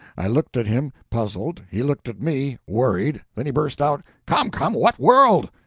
i looked at him, puzzled, he looked at me, worried. then he burst out come, come, what world?